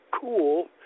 cool